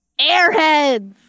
Airheads